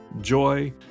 joy